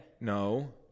No